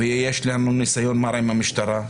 ויש לנו ניסיון מר עם המשטרה,